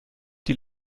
die